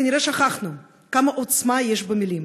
כנראה שכחנו כמה עוצמה יש במילים,